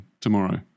tomorrow